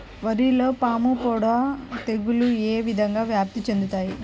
వరిలో పాముపొడ తెగులు ఏ విధంగా వ్యాప్తి చెందుతాయి?